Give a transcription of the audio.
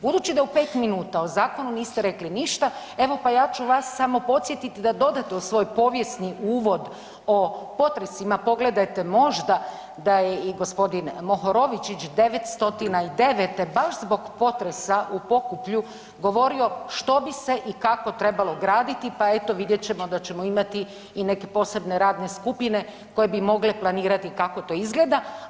Budući da u pet minuta o zakonu niste rekli ništa, evo pa ja ću vas samo podsjetiti da dodate u svoj povijesni uvod o potresima, pogledajte možda da je i g. Mohorovičić '909. baš zbog potresa u Pokuplju govorio što bi se i kako trebalo graditi, pa eto vidjet ćemo da ćemo imati i neke posebne radne skupine koje bi mogle planirati kako to izgleda.